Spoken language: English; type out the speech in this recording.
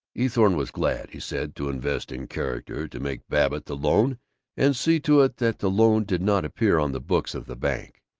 eathorne was glad, he said, to invest in character, to make babbitt the loan and see to it that the loan did not appear on the books of the bank.